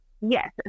Yes